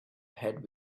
had